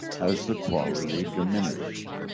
has the quality diminished?